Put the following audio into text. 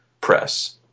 press